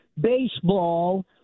baseball